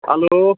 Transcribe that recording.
hello